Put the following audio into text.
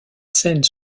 scènes